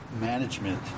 management